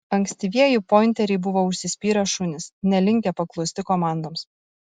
ankstyvieji pointeriai buvo užsispyrę šunys nelinkę paklusti komandoms